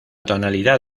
tonalidad